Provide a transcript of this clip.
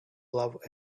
love